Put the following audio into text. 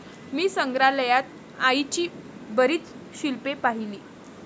मी संग्रहालयात आईची बरीच शिल्पे पाहिली